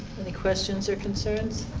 any questions or concerns?